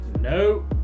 No